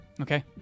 Okay